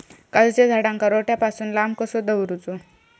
काजूच्या झाडांका रोट्या पासून लांब कसो दवरूचो?